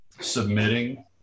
submitting